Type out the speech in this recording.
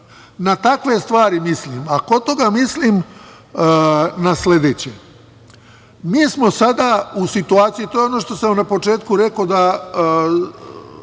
Na takve stvari mislim. A, kod toga mislim na sledeće. Mi smo sada u situaciji, to je ono što sam na početku rekao, da